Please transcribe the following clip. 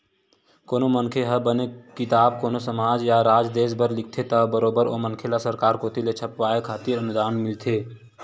कोनो मनखे ह बने किताब कोनो समाज या राज देस बर लिखथे त बरोबर ओ मनखे ल सरकार कोती ले छपवाय खातिर अनुदान घलोक मिलथे